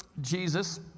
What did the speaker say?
Jesus